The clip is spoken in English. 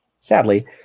Sadly